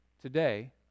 today